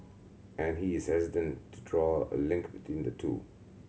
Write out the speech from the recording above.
and he is hesitant to draw a link between the two